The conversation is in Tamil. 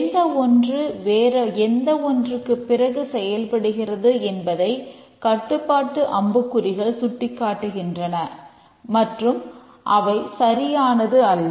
எந்த ஒன்று வேறு எந்த ஒன்றுக்கும் பிறகு செயல்படுகிறது என்பதை கட்டுப்பாட்டு அம்புக்குறிகள் சுட்டிக்காட்டுகின்றன மற்றும் அவை சரியானது அல்ல